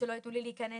שלא ייתנו לי להיכנס,